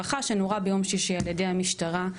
שנורה ביום שישי על ידי המשטרה.